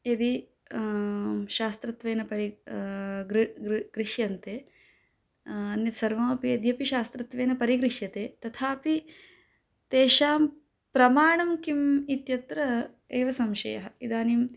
यदि शास्त्रत्वेन परिगृह्यन्ते गृ गृ अन्यत्सर्वमपि यद्यपि शास्त्रत्वेन परिगृह्यते तथापि तेषां प्रमाणं किम् इत्यत्र एव संशयः इदानीम्